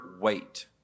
wait